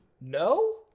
No